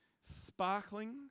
sparkling